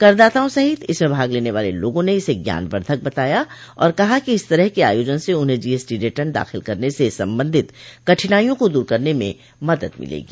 कर दाताओं सहित इसमें भाग लेने वाले लोगों ने इसे ज्ञानवर्द्वक बताया और कहा है कि इस तरह के आयोजन स उन्हें जीएसटी रिटर्न दाखिल करने से संबंधित कठिनाइयों को दूर करने में मदद मिलेगी